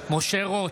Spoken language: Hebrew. משה רוט,